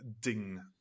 ding